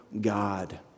God